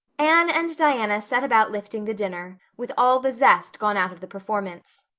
anne and diana set about lifting the dinner, with all the zest gone out of the performance.